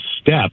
step